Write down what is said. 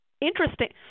interesting